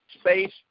space